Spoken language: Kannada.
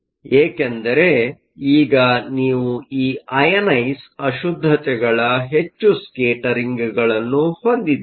ಏಕೆಂದರೆ ಈಗ ನೀವು ಈ ಅಐನೈಸ಼್ ಅಶುದ್ದತೆಗಳ ಹೆಚ್ಚು ಸ್ಕೇಟರಿಂಗ್ಗಳನ್ನು ಹೊಂದಿದ್ದೀರಿ